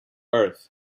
earth